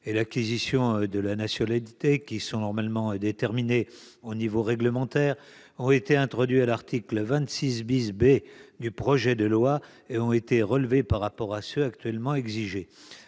et l'acquisition de la nationalité, qui sont normalement déterminés au niveau réglementaire, ont été introduits à l'article 26 B du projet de loi et ont été relevés par rapport à ceux qui sont actuellement demandés.